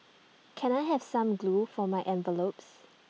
can I have some glue for my envelopes